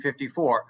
1954